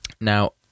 Now